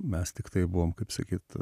mes tiktai buvom kaip sakyt